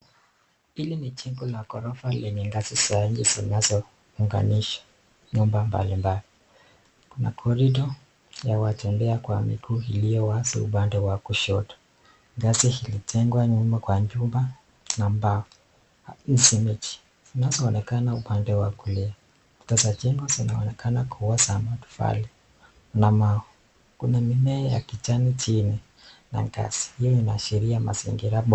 Hili ni jengo la ghorofa lenye ngazi zainje zinazounganisha nyumba mbalimbali. Kuna (cs) corridor(cs) ya watembea kwa miguu iliyo wazi upande wa kushoto. Ngazi ilijengawa nyuma kwa nyumba na mbao na simiti zinazoonekana upande wa kulia. Kuta za jengo zinaonekana kuwa za matofali, na kuna mimea ya kijani chini na ngazi. Hiyo inaashiria mazingira bora